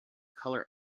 color